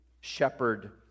shepherd